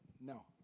No